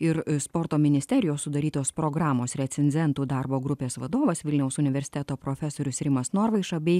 ir sporto ministerijos sudarytos programos recenzentų darbo grupės vadovas vilniaus universiteto profesorius rimas norvaiša bei